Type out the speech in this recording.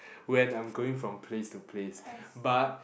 when I am going from place to place but